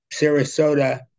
Sarasota